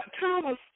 Thomas